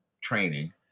training